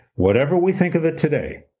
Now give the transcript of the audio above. whatever we think of it today,